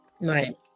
right